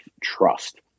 trust